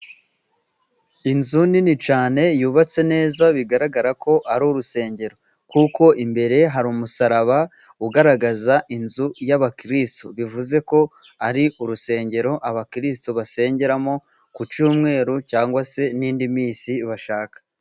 Inzu nini cyane yubatse neza， bigaragara ko ari urusengero. Kuko imbere hari umusaraba ugaragaza inzu y'abakirisitu， bivuze ko ari urusengero abakiristu basengeramo ku cyumweru，cyangwa se n'indi minsi bashaka.